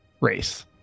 race